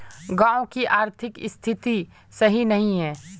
गाँव की आर्थिक स्थिति सही नहीं है?